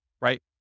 right